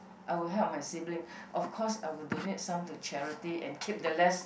I would help my sibling of course I will donate some to charity and keep the less